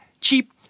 cheap